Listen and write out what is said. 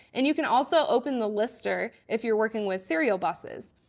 and you can also open the lister if you're working with serial buses.